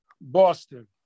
Boston